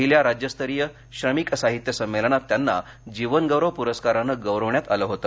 पहिल्या राज्यस्तरीय श्रमिक साहित्य संमेलनात त्यांना जीवनगौरव पुरस्काराने गौरविण्यात आले होते